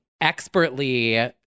expertly